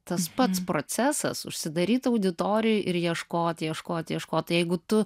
tas pats procesas užsidaryt auditorijoj ir ieškot ieškot ieškot tai jeigu tu